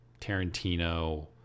Tarantino